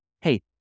Hey